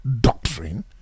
doctrine